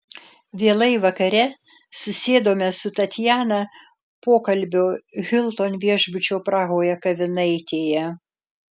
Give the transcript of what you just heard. vėlai vakare susėdame su tatjana pokalbio hilton viešbučio prahoje kavinaitėje